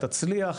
תצליח